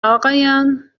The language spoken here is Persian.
آقایان